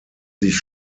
sich